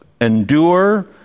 endure